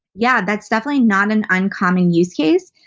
yeah, that's definitely not an uncommon use case.